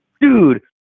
dude